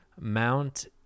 mount